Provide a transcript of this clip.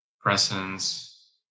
presence